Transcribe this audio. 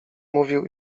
mówił